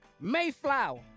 Mayflower